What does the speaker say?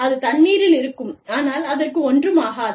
அது தண்ணீரில் இருக்கும் ஆனால் அதற்கு ஒன்றும் ஆகாது